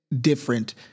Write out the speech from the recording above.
different